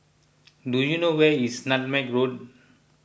do you know where is Nutmeg Road